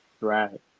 Right